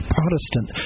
Protestant